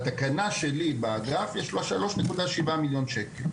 בתקנה שלי באגף התציב הזה עומד על כ-3.7 מיליון ₪ בבסיסו.